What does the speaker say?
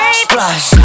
splash